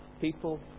people